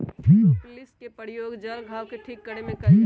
propolis के प्रयोग जल्ल घाव के ठीक करे में कइल जाहई